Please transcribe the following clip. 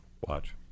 Watch